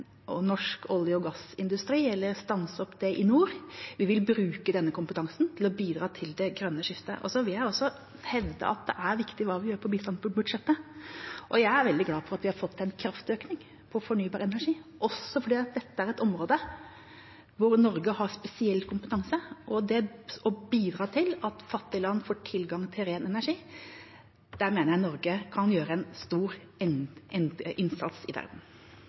norsk olje- og gassindustri eller stanse opp det i nord. Vi vil bruke denne kompetansen til å bidra til det grønne skiftet. Så vil jeg også hevde at det er viktig hva vi gjør på bistandsbudsjettet. Jeg er veldig glad for at vi har fått en kraftøkning på fornybar energi, også fordi dette er et område hvor Norge har spesiell kompetanse. Ved å bidra til at fattige land får tilgang til ren energi, kan Norge gjøre en stor innsats i verden.